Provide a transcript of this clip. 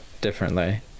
differently